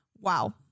wow